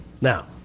Now